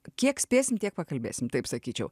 kiek spėsim tiek pakalbėsim taip sakyčiau